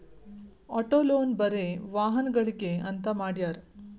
auto loan ಬರೆ ವಾಹನಗ್ಳಿಗೆ ಅಂತ್ ಮಾಡ್ಯಾರ